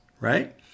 right